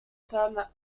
fermat